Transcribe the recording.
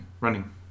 running